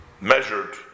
measured